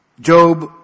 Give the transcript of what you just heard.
Job